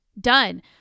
Done